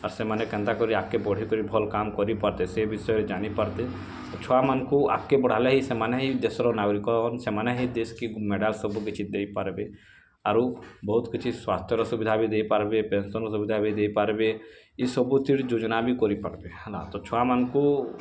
ଆର୍ ସେମାନେ କେନ୍ତାକରି ଆଗକେ ବଢ଼ିକରି ଭଲ୍ କାମ୍ କରି ପାର୍ତେ ସେ ବିଷୟରେ ଜାନିପାର୍ତେ ଛୁଆମାନଙ୍କୁ ଆଗ୍କେ ବଢ଼ାଲେ ହିଁ ସେମାନେ ହିଁ ଦେଶର୍ ନାଗରିକ ହନ୍ ସେମାନେ ହିଁ ଦେଶକେ ମେଡ଼ାଲ୍ ସବୁ କିଛି ଦେଇପାର୍ବେ ଆରୁ ବହୁତ୍ କିଛି ସ୍ୱାସ୍ଥ୍ୟର ସୁବିଧା ବି ଦେଇପାର୍ବେ ପେନସନ୍ର ସୁବିଧା ବି ଦେଇପାର୍ବେ ଇ ସବୁଥିର୍ ଯୁଜନା ବି କରିପାର୍ବେ ହେଲା ତ ଛୁଆମାନଙ୍କୁ